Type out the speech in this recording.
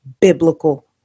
biblical